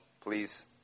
please